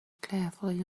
carefully